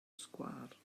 sgwâr